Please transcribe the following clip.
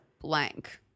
blank